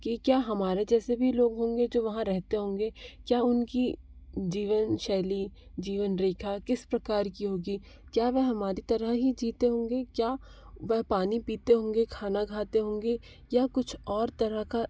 कि क्या हमारे जैसे भी लोग होंगे जो वहाँ रहते होंगे क्या उनकी जीवन शैली जीवन रेखा किसी प्रकार की होगी क्या वह हमारी तरह ही जीते होंगे क्या वह पानी पीते होंगे खाना खाते होंगे या कुछ और तरह का